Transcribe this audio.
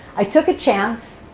i took a chance,